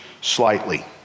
slightly